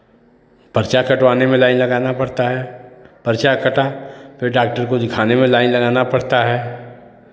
पर्चा कटवाने में लाइन लगाना पड़ता है पर्चा कटा फिर डाक्टर को दिखाने में लाइन लगाना पड़ता है